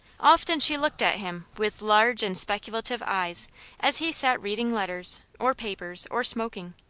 often she looked at him with large and speculative eyes as he sat reading letters, or papers, or smoking.